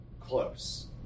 close